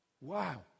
Wow